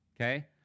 okay